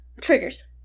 triggers